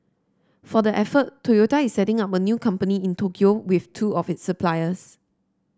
for the effort Toyota is setting up a new company in Tokyo with two of its suppliers